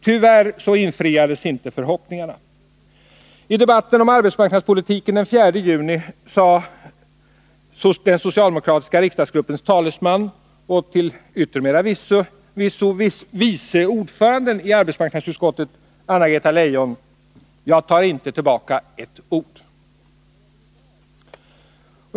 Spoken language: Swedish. Tyvärr infriades inte förhoppningarna. I debatten om arbetsmarknadspolitiken den 4 juni i år sade den socialdemokratiska riksdagsgruppens talesman, till yttermera visso vice ordföranden i arbetsmarknadsutskottet, Anna-Greta Leijon: Jag tar inte tillbaka ett ord.